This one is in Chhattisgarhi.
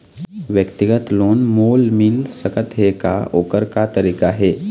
व्यक्तिगत लोन मोल मिल सकत हे का, ओकर का तरीका हे?